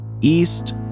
east